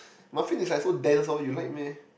muffin is like so dense hor you like meh